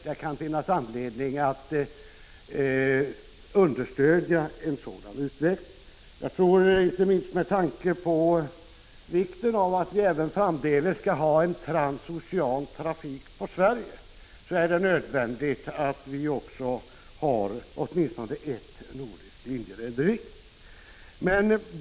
Det kan finnas anledning att understödja en sådan utveckling. Inte minst med tanke på vikten av att vi även framdeles skall ha transocean trafik på Sverige är det nödvändigt att det finns åtminstone ett nordiskt linjerederi.